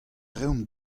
reomp